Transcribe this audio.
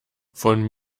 von